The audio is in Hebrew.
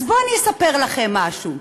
אז בואו אני אספר לכם משהו: